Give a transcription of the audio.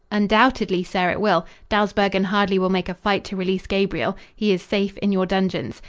undoubtedly, sir, it will. dawsbergen hardly will make a fight to release gabriel. he is safe in your dungeons.